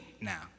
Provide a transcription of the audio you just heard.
now